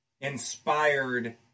inspired